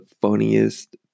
funniest